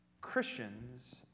Christians